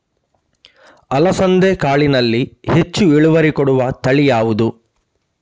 ಅಲಸಂದೆ ಕಾಳಿನಲ್ಲಿ ಹೆಚ್ಚು ಇಳುವರಿ ಕೊಡುವ ತಳಿ ಯಾವುದು?